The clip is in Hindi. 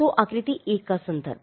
तो आकृति 1 का संदर्भ